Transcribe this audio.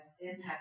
Impact